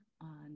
on